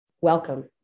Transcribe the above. welcome